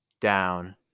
down